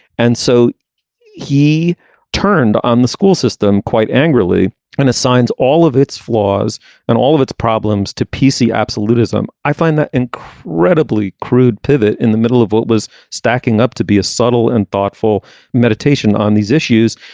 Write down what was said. and so he turned on the school system quite angrily and assigns all of its flaws and all of its problems to p c. absolutism. i find that incredibly crude pivot in the middle of what was stacking up to be a subtle and thoughtful meditation on these issues.